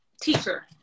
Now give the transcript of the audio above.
teacher